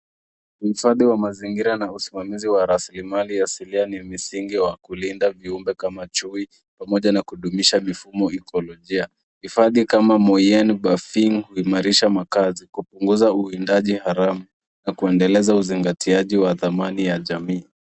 Uhifadhi wa mazingira na rasilmali ya asilia ni msingi wa kulinda viumbe kama chui pamoja ba kudumisha mifumo ikolojia. Hifadhi kama Moiyen hupunguza uwindaji haramu na kuendeleza uzingatiaji wa thamani ya jamii.